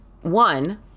one